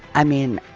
i mean,